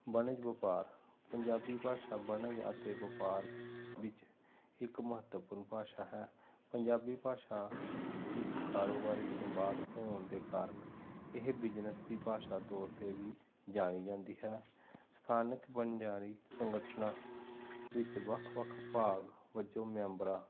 ਵਣਜ ਵਪਾਰ ਪੰਜਾਬੀ ਭਾਸ਼ਾ ਵਣਜ ਅਤੇ ਵਪਾਰ ਵਿੱਚ ਇੱਕ ਮਹੱਤਵਪੂਰਨ ਭਾਸ਼ਾ ਹੈ ਪੰਜਾਬੀ ਭਾਸ਼ਾ ਵਿੱਚ ਕਾਰੋਬਾਰੀ ਸੰਵਾਦ ਹੋਣ ਦੇ ਕਾਰਨ ਇਹ ਬਿਜਨਸ ਦੀ ਭਾਸ਼ਾ ਤੌਰ 'ਤੇ ਵੀ ਜਾਣੀ ਜਾਂਦੀ ਹੈ ਸਥਾਨਕ ਵਣਜਾਰੀ ਸੰਗਠਨਾਂ ਵਿੱਚ ਵੱਖ ਵੱਖ ਭਾਗ ਵਜੋਂ ਮੈਂਬਰਾਂ